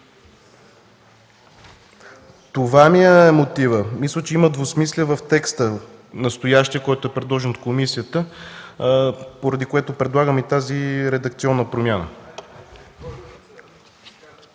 Това ми е мотивът. Мисля, че има двусмислие в настоящия текст, предложен от комисията, поради това предлагам тази редакционна промяна.